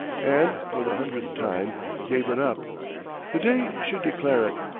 and for the hundredth time gave it up the day should declare it,